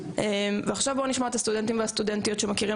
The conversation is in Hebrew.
עכשיו בואו נשמע את הסטודנטים והסטודנטיות שמכירים